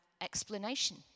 explanation